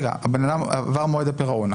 עבר מועד הפירעון,